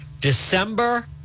December